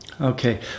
Okay